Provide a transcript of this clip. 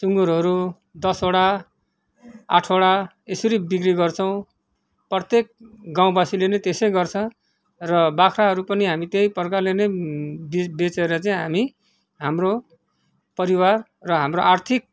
सुँगुरहरू दसवटा आठवटा यसरी बिक्री गर्छौँ प्रत्येक गाउँबासीले नै त्यसै गर्छ र बाख्राहरू पनि हामी त्यही प्रकारले नै बि बेचेर चाहिँ हामी हाम्रो परिवार र हाम्रो आर्थिक